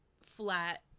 flat